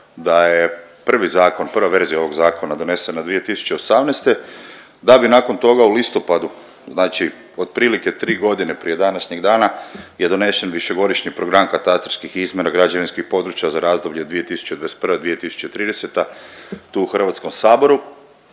da je prvi zakon, prva verzija ovog zakona donesena 2018. da bi nakon toga u listopadu znači otprilike 3 godine prije današnjeg dana je donešen višegodišnji Program katastarskih izmjera građevinskih područja za razdoblje 2021.-2030. tu u HS na